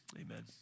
Amen